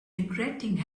regretting